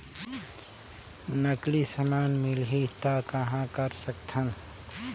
नकली समान मिलही त कहां कर सकथन?